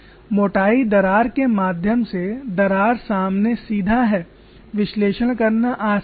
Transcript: मोटाई दरार के माध्यम से दरार सामने सीधा है विश्लेषण करना आसान है